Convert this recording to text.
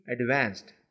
advanced